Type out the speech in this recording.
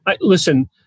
Listen